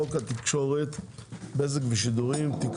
על סדר היום הצעת חוק התקשורת(בזק ושידורים) (תיקון